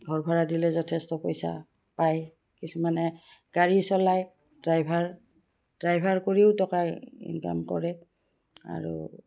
ঘৰ ভড়া দিলে যথেষ্ট পইচা পায় কিছুমানে গাড়ী চলায় ড্ৰাইভাৰ ড্ৰাইভাৰ কৰিও টকা ইনকাম কৰে আৰু